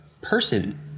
person